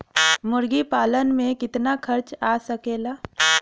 मुर्गी पालन में कितना खर्च आ सकेला?